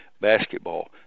basketball